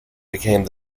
became